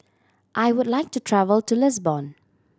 I would like to travel to Lisbon